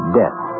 death